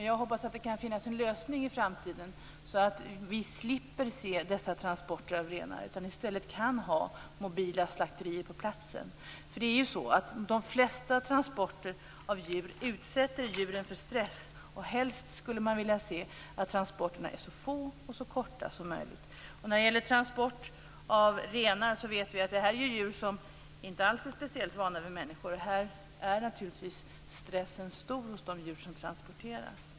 Jag hoppas att det kan finnas en lösning i framtiden så att vi slipper se dessa transporter av renar och i stället kan ha mobila slakterier på platsen. De flesta transporter av djur utsätter djuren för stress. Helst skulle man vilja att transporterna är så få och så korta som möjligt. Vi vet ju att renar inte alls är speciellt vana vid människor. Här är naturligtvis stressen stor hos de djur som transporteras.